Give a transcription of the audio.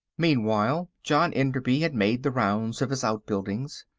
meanwhile john enderby had made the rounds of his outbuildings.